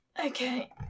Okay